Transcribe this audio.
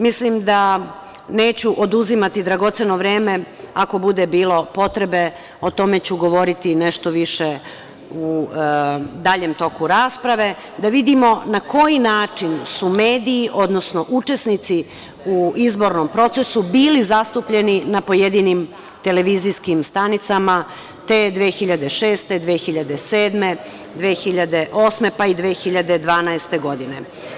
Mislim da neću oduzimati dragoceno vreme, ako bude bilo potrebe o tome ću govoriti nešto više u daljem toku rasprave, da vidimo na koji način su mediji, odnosno učesnici u izbornom procesu bili zastupljeni na pojedinim televizijskim stanicama te 2006, 2007, 2008. pa i 2012. godine.